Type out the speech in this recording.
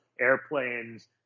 airplanes